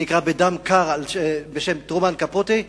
"בדם קר" של טרומן קפוטה,